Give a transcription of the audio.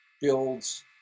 builds